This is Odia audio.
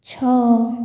ଛଅ